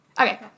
Okay